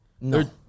No